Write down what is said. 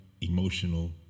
emotional